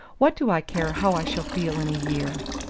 what do i care how i shall feel in a year?